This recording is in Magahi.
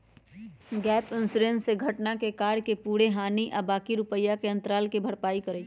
गैप इंश्योरेंस से घटना में कार के पूरे हानि आ बाँकी रुपैया के अंतराल के भरपाई करइ छै